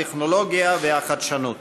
הטכנולוגיה והחדשנות.